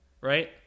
right